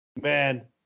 Man